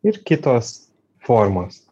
ir kitos formos